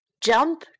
Jump